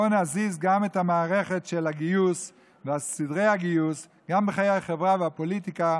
בואו נזיז גם המערכת של הגיוס וסדרי הגיוס גם בחיי החברה והפוליטיקה,